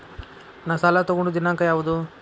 ನಾ ಸಾಲ ತಗೊಂಡು ದಿನಾಂಕ ಯಾವುದು?